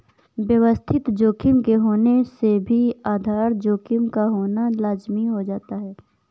व्यवस्थित जोखिम के होने से भी आधार जोखिम का होना लाज़मी हो जाता है